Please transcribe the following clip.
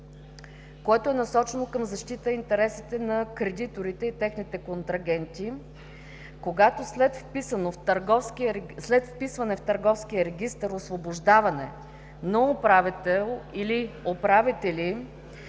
което е насочено към защита интересите на кредиторите и техните контрагенти. Когато след вписване в Търговския регистър освобождаване на управител или управители,